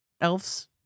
elves